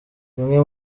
bimwe